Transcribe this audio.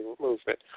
movement